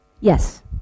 Yes